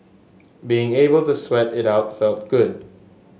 being able to sweat it out felt good